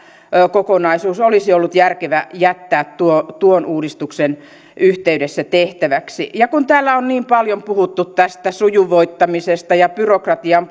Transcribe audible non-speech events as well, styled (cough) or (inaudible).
kokonaisuus olisi ollut järkevä jättää tuon tuon uudistuksen yhteydessä tehtäväksi täällä on paljon puhuttu sujuvoittamisesta ja byrokratian (unintelligible)